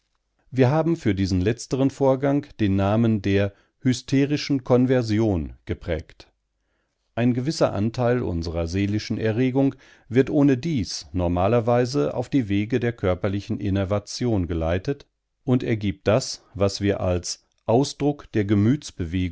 wir haben für diesen letzteren vorgang den namen der hysterischen konversion geprägt ein gewisser anteil unserer seelischen erregung wird ohnedies normalerweise auf die wege der körperlichen innervation geleitet und ergibt das was wir als ausdruck der